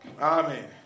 Amen